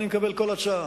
אני מקבל כל הצעה.